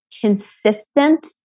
consistent